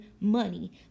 money